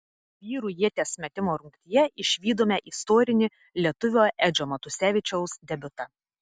vyrų ieties metimo rungtyje išvydome istorinį lietuvio edžio matusevičiaus debiutą